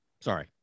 Sorry